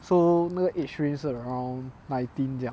so 那个 age range 是 around nineteen 这样